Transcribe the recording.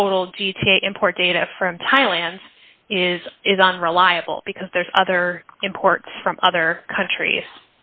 take import data from thailand is is unreliable because there's other imports from other countries